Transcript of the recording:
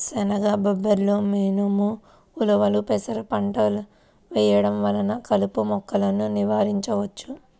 శనగ, బబ్బెర, మినుము, ఉలవలు, పెసర పంటలు వేయడం వలన కలుపు మొక్కలను నివారించవచ్చు